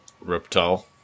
Reptile